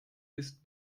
ist